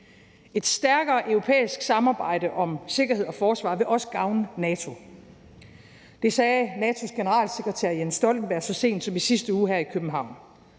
Et stærkere europæisk samarbejde om sikkerhed og forsvar vil også gavne NATO. Det sagde NATO's generalsekretær, Jens Stoltenberg, så sent som i sidste uge her i København.